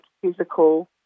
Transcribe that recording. physical